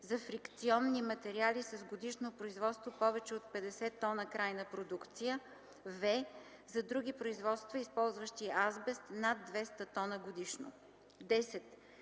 за фрикционни материали с годишно производство повече от 50 т крайна продукция; в) за други производства, използващи азбест над 200 т годишно. 10.